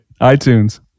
itunes